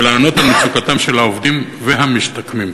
ולהיענות למצוקתם של העובדים והמשתקמים?